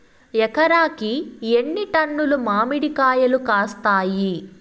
ఎకరాకి ఎన్ని టన్నులు మామిడి కాయలు కాస్తాయి?